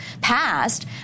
passed